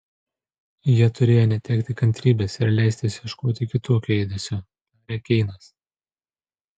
jie turėjo netekti kantrybės ir leistis ieškoti kitokio ėdesio tarė keinas